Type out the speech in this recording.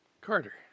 Carter